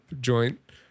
joint